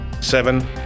Seven